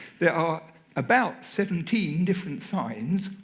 there are about seventeen different signs,